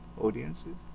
audiences